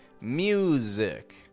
music